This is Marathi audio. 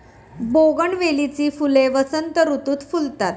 बोगनवेलीची फुले वसंत ऋतुत फुलतात